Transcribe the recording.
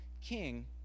king